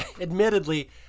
admittedly